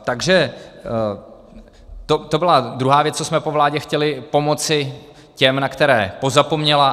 Takže to byla druhá věc, co jsme po vládě chtěli, pomoci těm, na které pozapomněla.